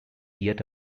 yet